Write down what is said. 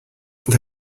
they